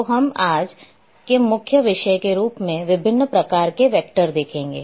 तो हम आज के मुख्य विषय के रूप में विभिन्न प्रकार के वैक्टर देखेंगे